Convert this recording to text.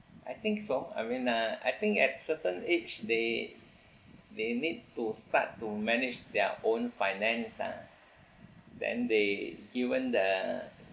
I think so I mean uh I think at certain age they they need to start to manage their own finance ah then they given the